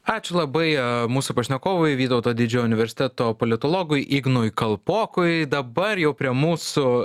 ačiū labai mūsų pašnekovui vytauto didžiojo universiteto politologui ignui kalpokui dabar jau prie mūsų